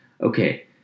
Okay